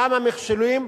שמה מכשולים,